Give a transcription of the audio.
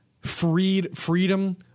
Freedom